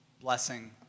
blessing